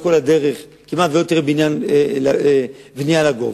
לאורך כל הדרך כמעט לא תראה בנייה לגובה.